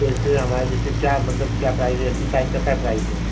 जैसे हमाये जैसे क्या मतलब क्या प्राइस है एस पी साइन का क्या प्राइस है